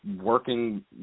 working